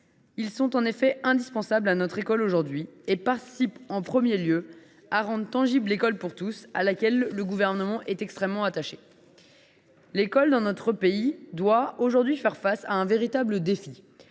Ils sont en effet indispensables à notre école et participent en premier lieu à rendre tangible l’école pour tous à laquelle le Gouvernement est extrêmement attaché. L’école dans notre pays doit aujourd’hui faire face à un véritable défi,